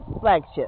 flagship